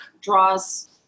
draws